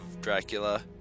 Dracula